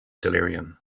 delirium